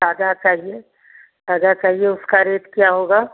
ताजा चाहिए ताजा चाहिए उसका रेट क्या होगा